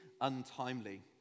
untimely